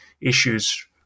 issues